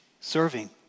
serving